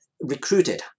recruited